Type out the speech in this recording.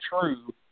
true